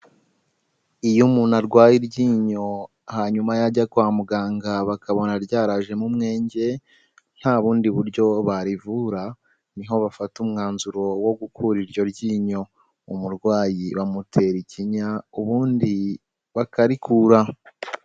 Iyo umuntu arwaye iryinyo hanyuma yajya kwa muganga bakabona ryarajemo umwenge nta bundi buryo barivura, niho bafata umwanzuro wo gukura iryo ryinyo, umurwayi bamutera ikinya ubundi bakarikura.